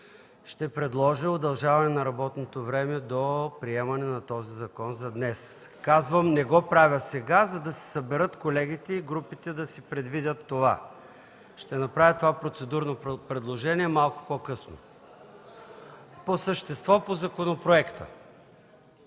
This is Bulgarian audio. ще предложа удължаване на работното време до приемане на този закон за днес. Казвам: не го правя сега, за да се съберат колегите и групите да си предвидят това. Ще направя това процедурно предложение малко по-късно. По същество по законопроекта